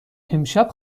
امشب